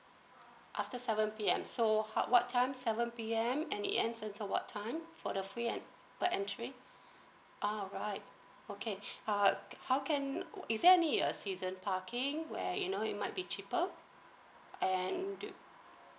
after seven P_M so how what time seven P_M and it's end at what time for the fee per entry alright okay uh how can is there any uh season parking where you know it might be cheaper and do